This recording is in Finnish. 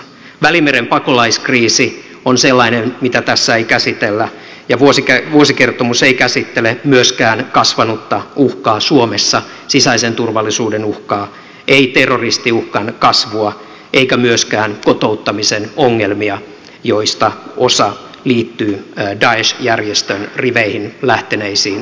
välimeren pakolaiskriisi on sellainen mitä tässä ei käsitellä ja vuosikertomus ei käsittele myöskään kasvanutta uhkaa suomessa sisäisen turvallisuuden uhkaa ei terroristiuhkan kasvua eikä myöskään kotouttamisen ongelmia joista osa liittyy daesh järjestön riveihin lähteneisiin suomalaisiin